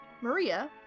Maria